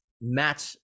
match